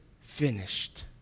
finished